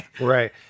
Right